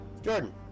Jordan